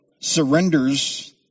surrenders